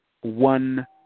one